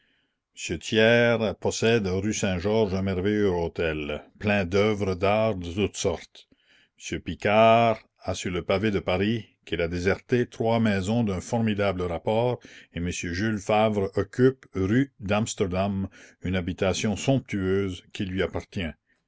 thiers possède rue saint-georges un merveilleux hôtel plein d'œuvres d'art de toutes sortes m picard a sur le pavé de paris qu'il a déserté trois maisons d'un formidable rapport et m jules favre occupe rue d'amsterdam une habitation somptueuse qui lui appartient